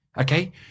Okay